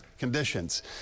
conditions